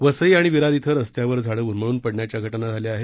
वसई आणि विरार इथं रस्त्यावर झाड उन्मळून पडण्याच्या घटना झाल्या आहेत